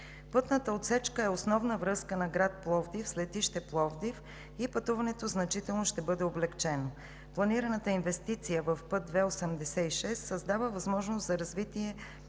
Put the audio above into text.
Пътната отсечка е основна връзка на град Пловдив с летище Пловдив и пътуването значително ще бъде облекчено. Планираната инвестиция в път II-86 създава възможност за развитие